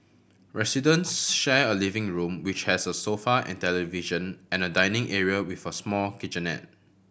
residents share a living room which has a sofa and television and a dining area with a small kitchenette